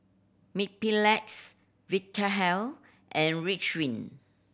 Mepilex Vitahealth and Ridwind